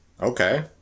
Okay